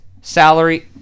salary